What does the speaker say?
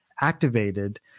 activated